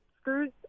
screws